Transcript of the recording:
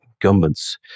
incumbents